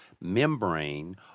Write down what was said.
membrane